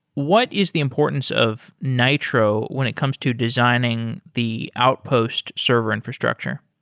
what is the importance of nitro when it comes to designing the outpost server infrastructure?